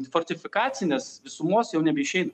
fortifikacinės visumos jau nebeišeina